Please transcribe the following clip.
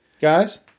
guys